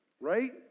right